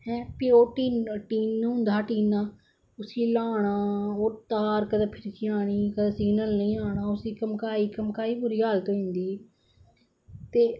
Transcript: हैं फिह् टिन होंदा हा एंटिना ओ़उसी ल्हाना ओह् तार कंदे फिरकी जानी कंदे इंटिना हल्ली जाना उसी घमकाई घमकाई बुरी हालत होई जंदी ही ते